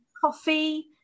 coffee